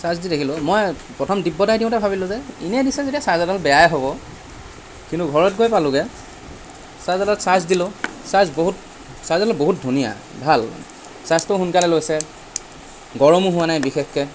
charge দি দেখিলোঁ মই প্ৰথম দিব্যদাই দিওঁতে ভাবিলোঁ যে এনেই দিছে যেতিয়া চাৰ্জাৰডাল বেয়াই হ'ব কিন্তু ঘৰত গৈ পালোঁগৈ চাৰ্জাৰডাল চাৰ্জ দিলোঁ চাৰ্জ বহুত চাৰ্জাৰডাল বহুত ধুনীয়া ভাল চাৰ্জটোও সোনকালে লৈছে গৰমো হোৱা নাই বিশেষকৈ